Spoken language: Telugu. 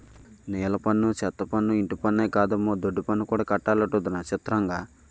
నీలపన్ను, సెత్తపన్ను, ఇంటిపన్నే కాదమ్మో దొడ్డిపన్ను కూడా కట్టాలటొదినా సిత్రంగా